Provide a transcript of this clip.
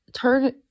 turn